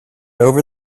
over